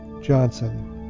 Johnson